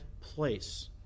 place